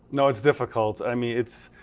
no, it's difficult. i mean, it's,